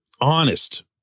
honest